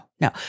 no